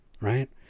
right